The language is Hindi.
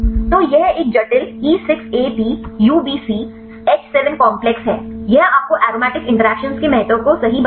तो यह एक जटिल E6AP UbcH7 कॉम्प्लेक्स है यह आपको एरोमेटिक इंटरैक्शन के महत्व को सही बताएगा